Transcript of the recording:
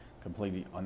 completely